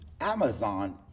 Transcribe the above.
Amazon